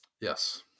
yes